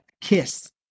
kiss